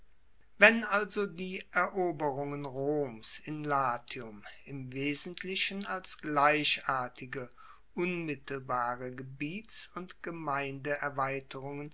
wenn also die eroberungen roms in latium im wesentlichen als gleichartige unmittelbare gebiets und